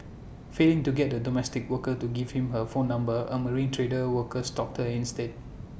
failing to get A domestic worker to give him her phone number A marine trade worker stalked her instead